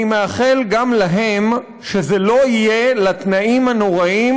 אני מאחל גם להם שזה לא יהיה לתנאים הנוראיים